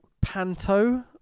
panto